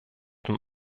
dem